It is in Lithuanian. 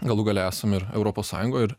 galų gale esam ir europos sąjungoj ir